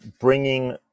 bringing